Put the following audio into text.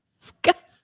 disgusting